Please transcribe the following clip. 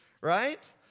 right